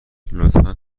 لطفا